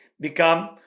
become